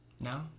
No